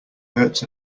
hurts